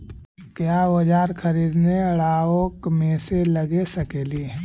क्या ओजार खरीदने ड़ाओकमेसे लगे सकेली?